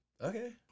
okay